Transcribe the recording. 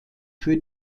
für